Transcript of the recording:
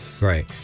Right